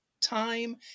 time